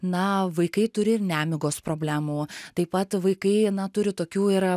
na vaikai turi ir nemigos problemų taip pat vaikai na turi tokių ir